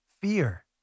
fear